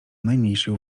najmniejszej